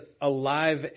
alive